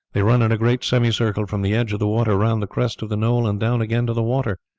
they run in a great semicircle from the edge of the water round the crest of the knoll and down again to the water.